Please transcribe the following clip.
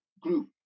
group